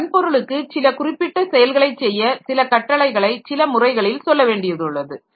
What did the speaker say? நான் வன்பொருளுக்கு சில குறிப்பிட்ட செயல்களை செய்ய சில கட்டளைகளை சில முறைகளில் சொல்ல வேண்டியுள்ளது